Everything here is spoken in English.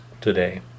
today